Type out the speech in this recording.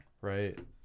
right